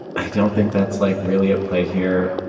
i don't think that's like really at play here.